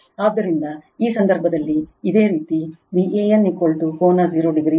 ಆದ್ದರಿಂದ ಈ ಸಂದರ್ಭದಲ್ಲಿ ಇದೇ ರೀತಿ Van ಕೋನ 0 o